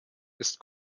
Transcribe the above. ist